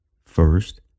First